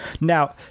now